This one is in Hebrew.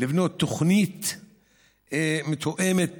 לבנות תוכנית מתואמת